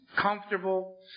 Comfortable